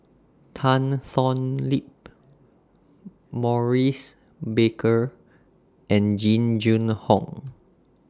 Tan Thoon Lip Maurice Baker and Jing Jun Hong